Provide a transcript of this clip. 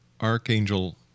Archangel